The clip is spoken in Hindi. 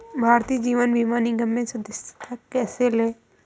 भारतीय जीवन बीमा निगम में सदस्यता कैसे लें?